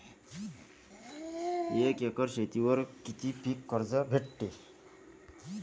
एक एकर शेतीवर किती पीक कर्ज भेटते?